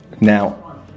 Now